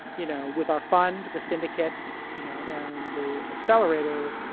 you know with our fund, the syndicate you know and the accelerator,